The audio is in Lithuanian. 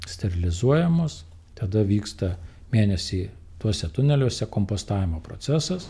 sterilizuojamos tada vyksta mėnesį tuose tuneliuose kompostavimo procesas